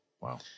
wow